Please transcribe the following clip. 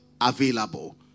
available